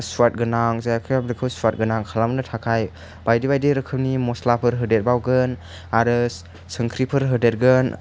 सुवाथ गोनां जायाखैबा बेखौ सुवाथ गोनां खालामनो थाखाय बायदि बायदि रोखोमनि मस्लाफोर होदेरबावगोन आरो संख्रिफोर होदेरगोन